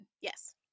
yes